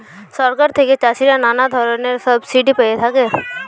সরকার থেকে চাষিরা নানা ধরনের সাবসিডি পেয়ে থাকে